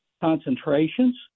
concentrations